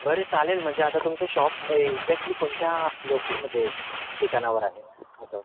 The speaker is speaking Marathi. बरं चालेल म्हणजे आता तुमचं शॉप एक्झॅक्टली कोणत्या लोक म्हणजे ठिकाणावर आहे असं